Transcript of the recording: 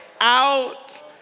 Out